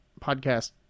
podcast